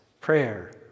prayer